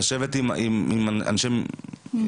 לשבת עם אנשי מקצוע,